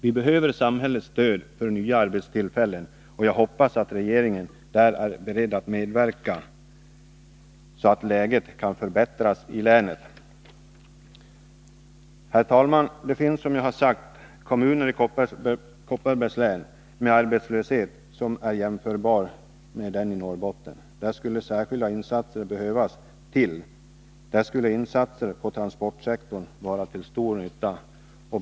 Vi behöver samhällets stöd för nya arbetstillfällen, och jag hoppas att regeringen där är beredd att medverka, så att läget kan förbättras i länet. Fru talman! Det finns, som jag redan sagt, kommuner i Kopparbergs län där arbetslösheten är jämförbar med den i Norrbotten. Där skulle särskilda insatser behövas, och insatser inom transportsektorn skulle vara till stor nytta.